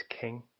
king